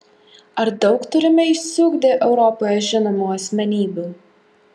ar daug turime išsiugdę europoje žinomų asmenybių